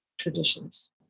traditions